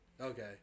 Okay